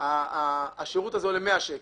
היא 100 שקל.